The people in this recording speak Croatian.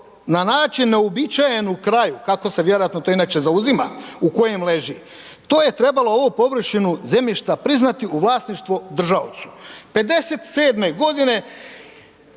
na način neuobičajenom kraju kako se vjerojatno to inače zauzima u kojem leži. To je trebalo ovu površinu zemljišta priznati u vlasništvo držaocu. '57. godine